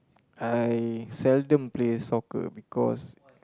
I seldom play soccer because